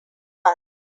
bus